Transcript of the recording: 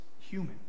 human